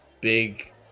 big